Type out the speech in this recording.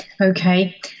Okay